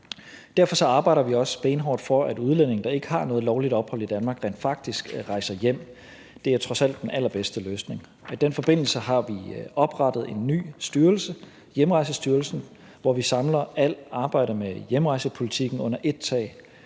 Derfor arbejder vi også benhårdt for, at udlændinge, der ikke har noget lovligt ophold i Danmark, rent faktisk rejser hjem. Det er trods alt den allerbedste løsning. I den forbindelse har vi oprettet en ny styrelse, Hjemrejsestyrelsen, hvor vi samler alt arbejdet med hjemrejsepolitikken under ét tag,